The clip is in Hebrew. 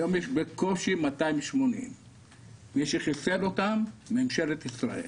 היום יש בקושי 280. מי שחיסל אותם זה ממשלת ישראל.